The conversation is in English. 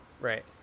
Right